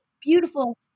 Beautiful